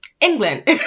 england